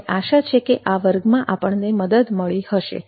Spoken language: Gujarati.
મને આશા છે કે આ વર્ગમાં આપને મદદ મળી હશે